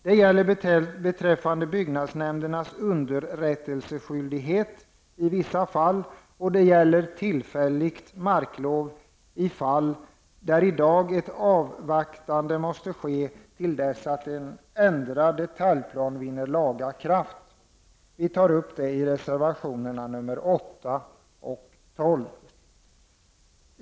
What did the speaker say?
Det gäller byggnadsnämndernas underrättelseskyldighet i vissa fall, och det gäller tillfälligt marklov i fall där man i dag måste avvakta till dess att en ändrad detaljplan vinner laga kraft. Vi tar upp det i reservationerna 8 och 12.